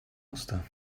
musste